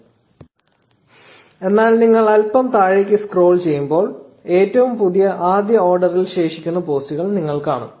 1548 എന്നാൽ നിങ്ങൾ അൽപ്പം താഴേക്ക് സ്ക്രോൾ ചെയ്യുകയാണെങ്കിൽ ഏറ്റവും പുതിയ ആദ്യ ഓർഡറിൽ ശേഷിക്കുന്ന പോസ്റ്റുകൾ നിങ്ങൾ കാണും